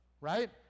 right